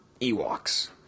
Ewoks